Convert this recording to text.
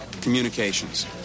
Communications